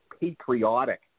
patriotic